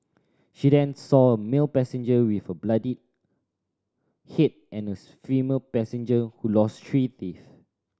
she then saw a male passenger with a bloodied head and a female passenger who lost three teeth